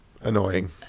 annoying